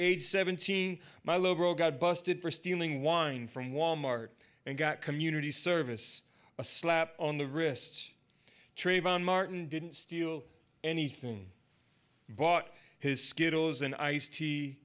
age seventeen my little girl got busted for stealing wine from wal mart and got community service a slap on the wrists trayvon martin didn't steal anything bought his skittles and iced tea